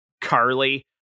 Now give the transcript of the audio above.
Carly